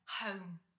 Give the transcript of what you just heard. home